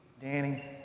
Danny